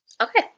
okay